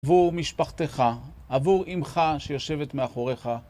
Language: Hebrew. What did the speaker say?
עבור משפחתך, עבור אימך שיושבת מאחוריך.